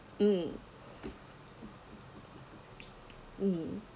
mm mm